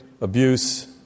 abuse